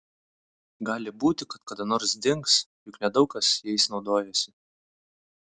gali būti kad kada nors dings juk nedaug kas jais naudojasi